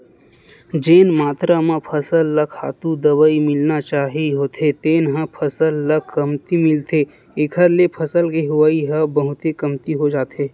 जेन मातरा म फसल ल खातू, दवई मिलना चाही होथे तेन ह फसल ल कमती मिलथे एखर ले फसल के होवई ह बहुते कमती हो जाथे